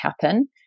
happen